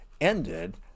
ended